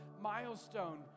milestone